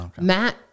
matt